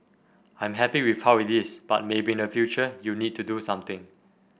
I'm happy with how it is but maybe in the future you need to do something